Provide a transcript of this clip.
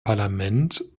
parlament